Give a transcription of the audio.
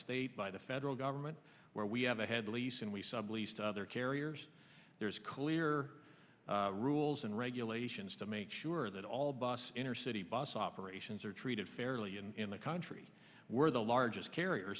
state by the federal government where we have a head lease and we subleased other carriers there's clear rules and regulations to make sure that all bus inner city bus operations are treated fairly and in the country we're the largest carrier